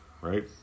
right